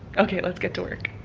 ok let's get to work.